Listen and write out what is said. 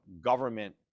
government